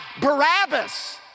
Barabbas